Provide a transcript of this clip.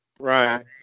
Right